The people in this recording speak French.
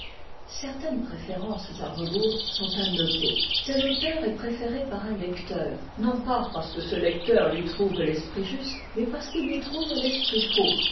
certaines préférences à rebours sont à noter tel auteur est préféré par un lecteur non pas parce que ce lecteur lui trouve l'esprit juste mais parce qu'il lui trouve l'esprit faux